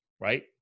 right